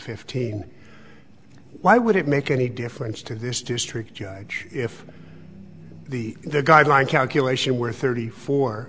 fifteen why would it make any difference to this district judge if the the guideline calculation were thirty four